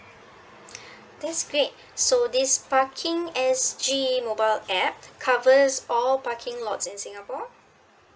that's great so this parking S_G mobile app covers all parking lots in singapore